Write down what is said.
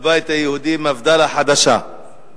הבית היהודי, מפד"ל החדשה.